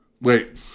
Wait